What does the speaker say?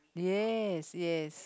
yes yes